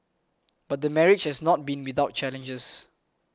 but the marriage has not been without challenges